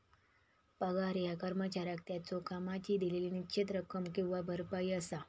पगार ह्या कर्मचाऱ्याक त्याच्यो कामाची दिलेली निश्चित रक्कम किंवा भरपाई असा